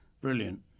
Brilliant